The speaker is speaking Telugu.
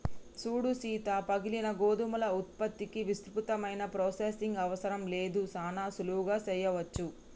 సూడు సీత పగిలిన గోధుమల ఉత్పత్తికి విస్తృతమైన ప్రొసెసింగ్ అవసరం లేదు సానా సులువుగా సెయ్యవచ్చు